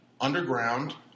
underground